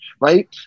right